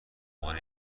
عنوان